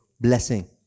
blessing